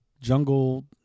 jungle